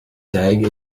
tag